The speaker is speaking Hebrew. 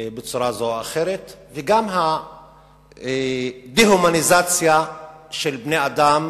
בצורה זו או אחרת, וגם הדה-הומניזציה של בני אדם